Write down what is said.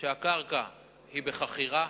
היתה שהקרקע היא בחכירה,